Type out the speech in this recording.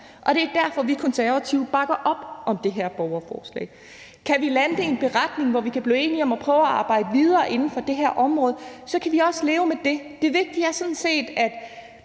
og det er derfor, vi Konservative bakker op om det her borgerforslag. Kan vi lande det i en beretning, hvor vi kan blive enige om at prøve at arbejde videre inden for det her område, så kan vi også leve med det. Det vigtige er sådan set, at